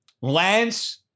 Lance